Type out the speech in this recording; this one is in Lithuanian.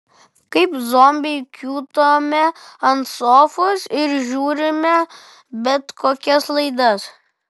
kaip zombiai kiūtome ant sofos ir žiūrime bet kokias laidas